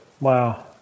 Wow